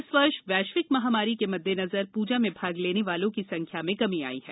इस वर्ष वैश्विक महामारी के मद्देनजर पूजा में भाग लेने वालों की संख्या में कमी आई है